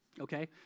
okay